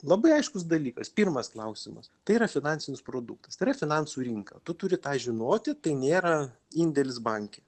labai aiškus dalykas pirmas klausimas tai yra finansinis produktas tai yra finansų rinka tu turi tą žinoti tai nėra indėlis banke